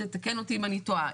תתקן אותי אם אני טועה,